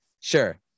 Sure